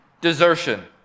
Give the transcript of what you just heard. desertion